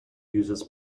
users